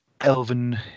elven